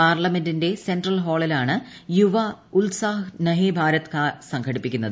പാർലമെന്റിന്റെ സെൻട്രൽ ഹാളിലാണ് യുവ ഉത്സാഹ് നയേ ഭാരത് കാ സംഘടിപ്പിക്കുന്നത്